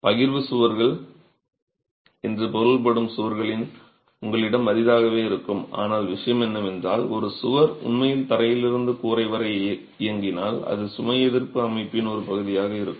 பகிர்வு சுவர்கள் என்று பொருள்படும் சுவர்கள் உங்களிடம் அரிதாகவே இருக்கும் ஆனால் விஷயம் என்னவென்றால் ஒரு சுவர் உண்மையில் தரையிலிருந்து கூரை வரை இயங்கினால் அது சுமை எதிர்ப்பு அமைப்பின் ஒரு பகுதியாக இருக்கும்